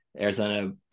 Arizona